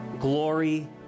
glory